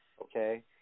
okay